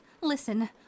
Listen